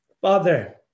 Father